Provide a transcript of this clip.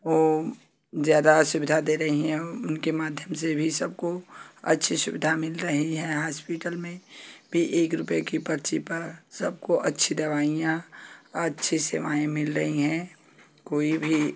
वो ज़्यादा सुविधा दे रही हैं उनके माध्यम से भी सबको अच्छी सुविधा मिल रही हैं हास्पिटल में भी एक रुपए की पर्ची पर सबको अच्छी दवाइयाँ अच्छी सेवाएँ मिल रही हैं कोई भी